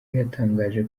yatangaje